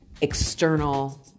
external